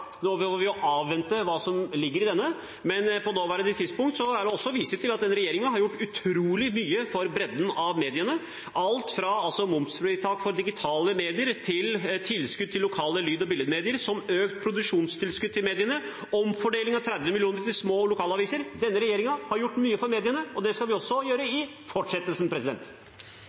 tidspunkt vil jeg vise til at denne regjeringen har gjort utrolig mye for bredden av mediene – alt fra momsfritak for digitale medier til tilskudd til lokale lyd- og bildemedier, økt produksjonstilskudd til mediene og omfordeling av 30 mill. kr til små lokalaviser. Denne regjeringen har gjort mye for mediene, og det skal vi gjøre i fortsettelsen